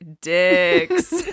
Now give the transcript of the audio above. dicks